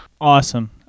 Awesome